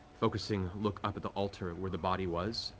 focusing, look up at the altar where the body was,